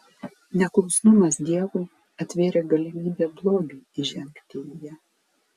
neklusnumas dievui atvėrė galimybę blogiui įžengti į ją